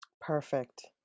Perfect